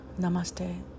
Namaste